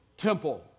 Temple